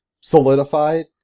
solidified